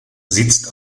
sitzt